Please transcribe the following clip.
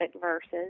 verses